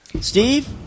Steve